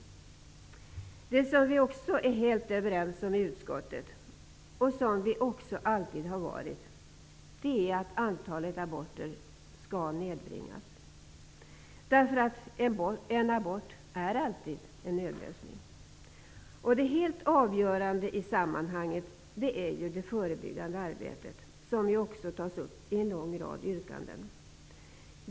Något som vi också är helt överens om i utskottet, och som vi alltid har varit, är att antalet aborter skall nedbringas. En abort är alltid en nödlösning. Det helt avgörande i sammanhanget är det förebyggande arbetet, vilket också sägs i en lång rad yrkanden.